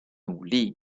努力